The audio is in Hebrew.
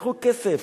קחו כסף,